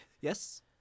Yes